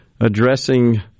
addressing